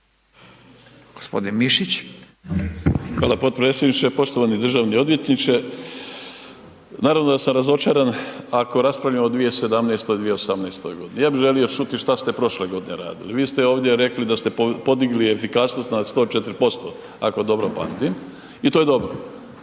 (Nezavisni)** Hvala potpredsjedniče, poštovani državni odvjetniče. Naravno da sam razočaran ako raspravljamo o 2017., 2018. g., ja bi želio čuti šta ste prošle godini radili. Vi ste ovdje rekli da ste podigli efikasnost na 104%, ako dobro pamtim i to je dobro.